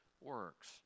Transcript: works